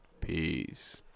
peace